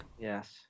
yes